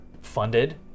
funded